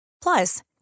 Plus